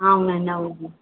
అవునండి అవును